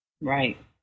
Right